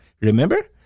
Remember